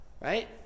Right